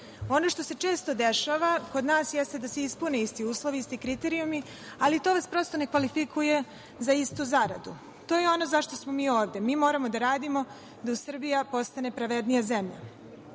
Ono što se često dešava kod nas jeste da se ispune isti uslovi, isti kriterijumi, ali to vas prosto ne kvalifikuje za istu zaradu. To je ono zašto smo ovde. Mi moramo da radimo da Srbija postane pravednija